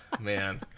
Man